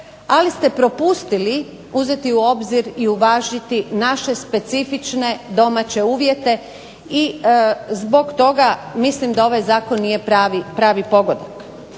ali ste propustili uzeti u obzir i uvažiti naše specifične domaće uvjete i zbog toga mislim da ovaj zakon nije pravi pogodak.